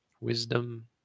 wisdom